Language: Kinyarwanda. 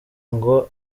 ngo